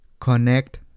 connect